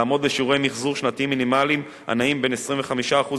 לעמוד בשיעורי מיחזור שנתיים מינימליים הנעים בין 25%